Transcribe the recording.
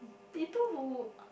people who